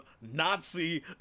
Nazi